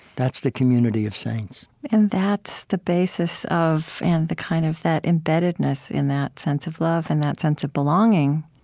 that's the community of saints and that's the basis of and kind of that embeddedness in that sense of love and that sense of belonging,